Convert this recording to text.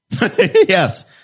Yes